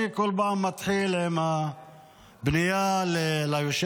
אני בכל פעם מתחיל עם הפנייה ליושב-ראש,